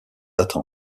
attend